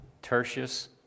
Tertius